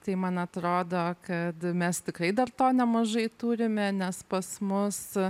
tai man atrodo kad mes tikrai dar to nemažai turime nes pas mus